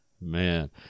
Man